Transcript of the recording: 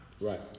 Right